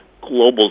global